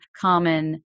common